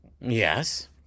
Yes